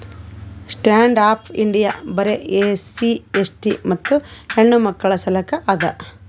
stand up India ಬರೆ SC ST ಮತ್ತ ಹೆಣ್ಣಮಕ್ಕುಳ ಸಲಕ್ ಅದ